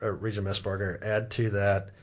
ah regent messbarger, add to that,